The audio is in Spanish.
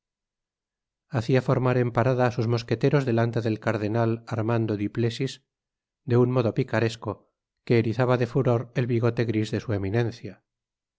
hacia formar en parada á sus mosqueteros delante del cardenal armando duplesis de un modo picaresco que erizaba de furor el bigote gris de su eminencia